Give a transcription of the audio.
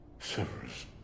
Severus